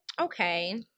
Okay